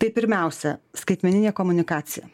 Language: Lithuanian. tai pirmiausia skaitmeninė komunikacija